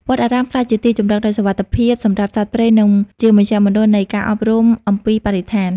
វត្តអារាមបានក្លាយជាទីជម្រកដ៏សុវត្ថិភាពសម្រាប់សត្វព្រៃ និងជាមជ្ឈមណ្ឌលនៃការអប់រំអំពីបរិស្ថាន។